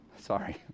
Sorry